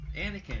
Anakin